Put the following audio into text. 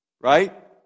Right